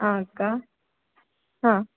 ಆಂ ಅಕ್ಕ ಹಾಂ